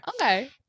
Okay